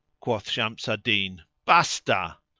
quoth shams al-din, basta!